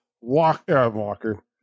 Walker